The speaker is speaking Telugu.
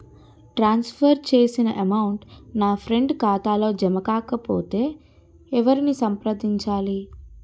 ట్రాన్స్ ఫర్ చేసిన అమౌంట్ నా ఫ్రెండ్ ఖాతాలో జమ కాకపొతే ఎవరిని సంప్రదించాలి?